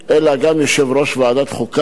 אלא גם יושב-ראש ועדת החוקה.